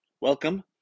Welcome